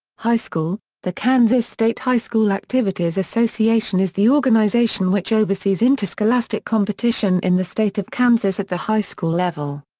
high school the kansas state high school activities association is the organization which oversees interscholastic competition in the state of kansas at the high school level.